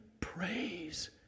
praise